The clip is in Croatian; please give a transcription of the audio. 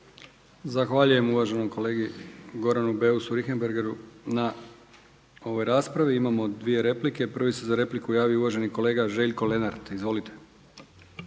Zahvaljujem uvaženom kolegi Boži Ljubiću na ovoj raspravi. Imamo dvije replike. Prvi se za repliku javio uvaženi kolega Ivica Mišić. Izvolite.